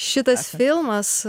šitas filmas